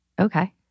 Okay